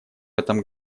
этом